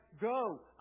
go